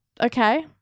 Okay